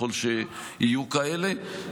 ככל שיהיו כאלה.